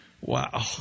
Wow